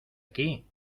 aquí